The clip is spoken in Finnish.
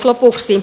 lopuksi